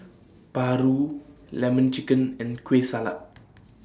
Paru Lemon Chicken and Kueh Salat